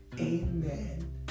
Amen